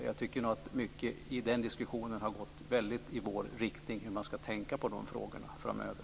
Jag tycker nog att mycket i den diskussionen har gått i vår riktning när det gäller hur man ska tänka i de frågorna framöver.